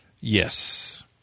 Yes